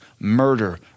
murder